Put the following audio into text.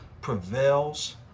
prevails